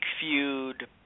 feud